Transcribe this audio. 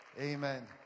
Amen